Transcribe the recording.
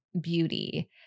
beauty